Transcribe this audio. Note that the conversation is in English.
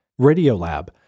Radiolab